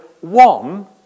one